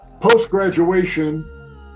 Post-graduation